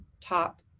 top